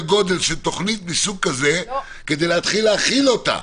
תוכנית מהסוג הזה כדי להתחיל להחיל אותה,